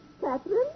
Catherine